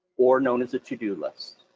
or known as a to-do list.